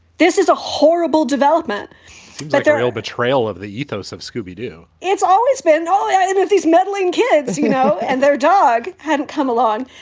this is a horrible development that there is betrayal of the ethos of scooby doo it's always been all and these meddling kids, you know, and their dog hadn't come along.